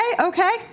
okay